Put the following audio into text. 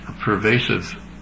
pervasive